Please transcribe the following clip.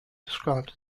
described